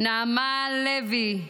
נעמה לוי,